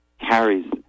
carries